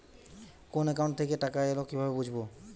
কোন একাউন্ট থেকে টাকা এল কিভাবে বুঝব?